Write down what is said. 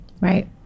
Right